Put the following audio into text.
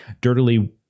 dirtily